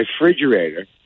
refrigerator